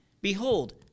Behold